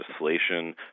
legislation